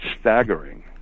staggering